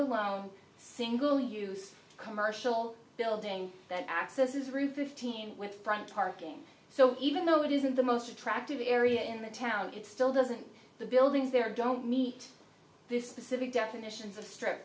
alone single use commercial building that accesses roof fifteen with front parking so even though it isn't the most attractive area in the town it still doesn't the buildings there don't meet this specific definitions of strip